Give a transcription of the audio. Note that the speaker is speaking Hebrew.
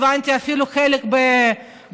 הבנתי שאפילו חלק בחינם,